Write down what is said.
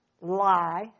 lie